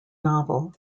novel